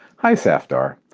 hi safdar,